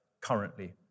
currently